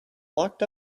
locked